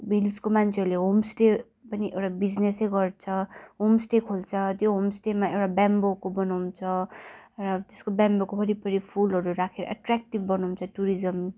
हिल्सको मान्छेहरूले होमस्टे पनि एउटा बिजनेसै गर्छ होमस्टे खोल्छ त्यो होमस्टेमा एउटा ब्यामबोको बनाउँछ र त्यसको ब्यामबोको ओरिपोरी फुलहरू राखेर एट्रेक्टिभ बनाउँछ टुरिज्म